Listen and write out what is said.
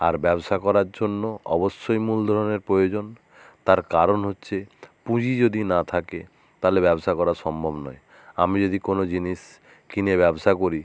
আর ব্যবসা করার জন্য অবশ্যই মূলধনের প্রয়জন তার কারণ হচ্চে পুঁজি যদি না থাকে তালে ব্যবসা করা সম্ভব নয় আমি যদি কোনো জিনিস কিনে ব্যবসা করি